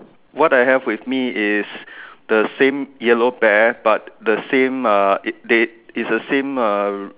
what I have with me is the same yellow bear but the same uh it they is a same uh